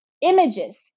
images